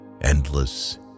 endless